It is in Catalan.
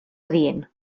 adient